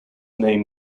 name